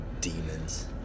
Demons